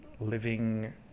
living